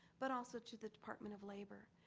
but also to the department of labor.